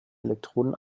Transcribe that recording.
elektroden